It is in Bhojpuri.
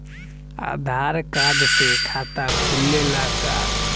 आधार कार्ड से खाता खुले ला का?